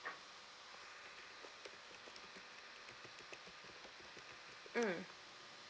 mm